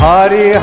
Hari